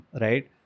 right